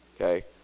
Okay